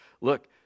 look